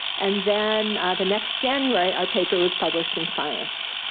and then the next january our paper was published in science.